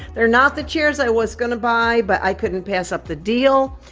they're not the chairs i was gonna buy, but i couldn't pass up the deal,